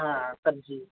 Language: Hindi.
हाँ सब्ज़ी